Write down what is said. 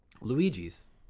Luigi's